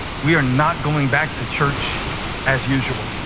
we are not going back to church as usual